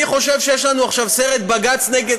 אני חושב שיש לנו עכשיו סרט: בג"ץ נגד,